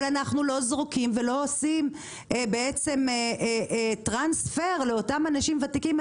אבל אנחנו לא זורקים ולא עושים טרנספר לאותם אנשים וותיקים.